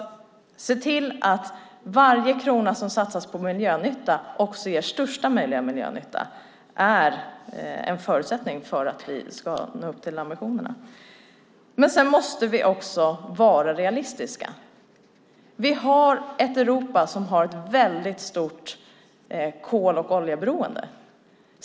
Att se till att varje krona som satsas på miljönytta också ger största möjliga nytta är en förutsättning för att vi ska nå upp till ambitionerna. Men vi måste också vara realistiska. Vi har ett Europa som har ett väldigt stort kol och oljeberoende.